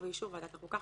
ובאישור ועדת החוקה,